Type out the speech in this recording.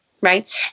Right